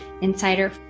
Insider